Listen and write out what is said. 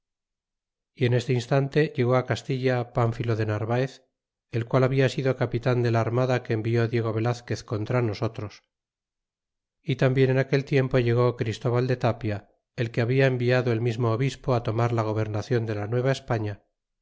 en este instante llegó castilla pánfilo de narvaez el qual habia sido capitan de la armada que envió diego velazquez contra nosotros y tambien en aquel tiempo llegó chris tóbal de tapia el que habia enviado el mismo obispo tomar la gobernacion de la